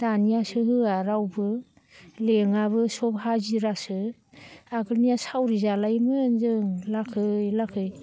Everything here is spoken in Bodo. दानियासो होआ रावबो लेङाबो सब हाजिरासो आगोलनिया सावरि जालायोमोन जों लाखै लाखै